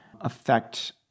affect